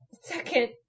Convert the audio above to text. second